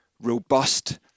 robust